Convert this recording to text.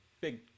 big